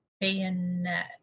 bayonet